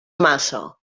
massa